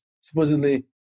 supposedly